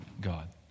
God